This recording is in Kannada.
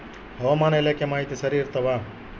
ಹವಾಮಾನ ಇಲಾಖೆ ಮಾಹಿತಿ ಸರಿ ಇರ್ತವ?